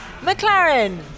McLaren